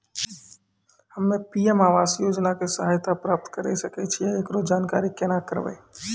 हम्मे पी.एम आवास योजना के सहायता प्राप्त करें सकय छियै, एकरो जानकारी केना करबै?